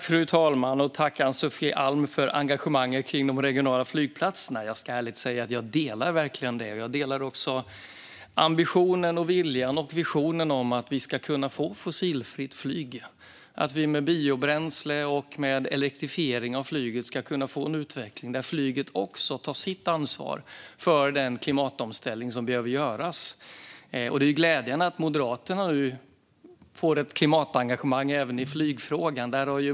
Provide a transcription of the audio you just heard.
Fru talman! Tack, Ann-Sofie Alm, för engagemanget kring de regionala flygplatserna! Jag ska ärligt säga att jag verkligen delar detta engagemang, och jag delar också ambitionen, viljan och visionen om att vi ska kunna få fossilfritt flyg. Med biobränsle och elektrifiering av flyget ska vi få en utveckling där flyget också tar sitt ansvar för den klimatomställning som behöver göras. Det är glädjande att Moderaterna nu får ett klimatengagemang även i flygfrågan.